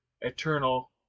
eternal